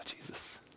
Jesus